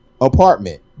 apartment